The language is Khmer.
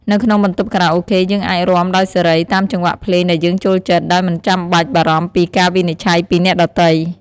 នៅក្នុងបន្ទប់ខារ៉ាអូខេ យើងអាចរាំដោយសេរី តាមចង្វាក់ភ្លេងដែលយើងចូលចិត្ត ដោយមិនបាច់បារម្ភពីការវិនិច្ឆ័យពីអ្នកដទៃ។